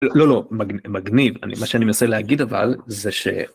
‫לא, לא, מגניב. ‫מה שאני מנסה להגיד אבל זה ש...